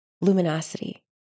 Luminosity